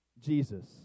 Jesus